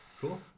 Cool